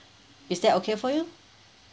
is that okay for you